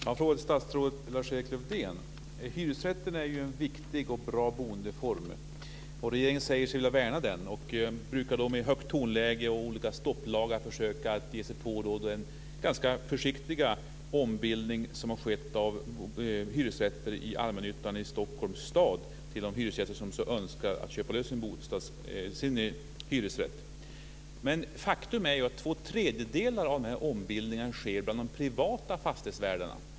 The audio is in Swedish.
Fru talman! Jag har en fråga till statsrådet Lars Hyresrätten är en viktig och bra boendeform. Regeringen säger sig värna den och brukar i högt tonläge och med olika stopplagar försöka att ge sig på den ganska försiktiga ombildning som har skett av hyresrätter i allmännyttan i Stockholms stad så att de hyresgäster som så önskat kunnat köpa sin hyresrätt. Men faktum är att två tredjedelar av ombildningen sker bland de privata fastigheterna.